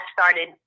started